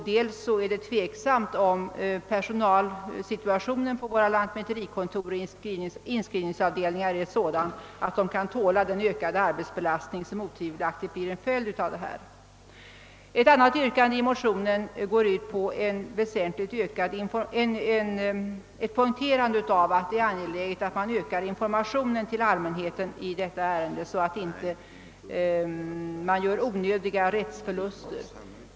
Dessutom är det tveksamt om personalsituationen vid våra lantmäterikontor och «inskrivningsavdelningar kan tåla den ökade arbetsbelastning som otvivelaktigt blir en följd av detta. Ett annat yrkande i motionen går ut på att det är angeläget att öka informationen till allmänheten i detta ärende så att inte onödiga rättsförluster uppstår.